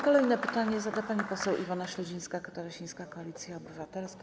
Kolejne pytanie zada pani poseł Iwona Śledzińska-Katarasińska, Koalicja Obywatelska.